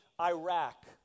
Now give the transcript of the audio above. Iraq